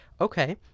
okay